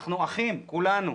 אנחנו אחים כולנו.